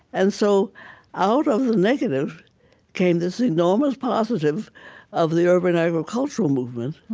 and so out of the negative came this enormous positive of the urban agricultural movement